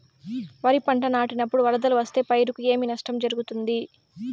వరిపంట నాటినపుడు వరదలు వస్తే పైరుకు ఏమి నష్టం జరుగుతుంది?